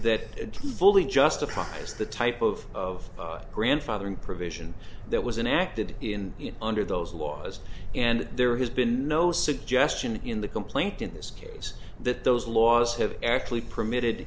drew fully justifies the type of grandfathering provision that was an acted in under those laws and there has been no suggestion in the complaint in this case that those laws have actually permitted